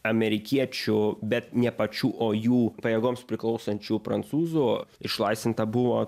amerikiečių bet ne pačių o jų pajėgoms priklausančių prancūzų išlaisvinta buvo